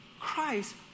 Christ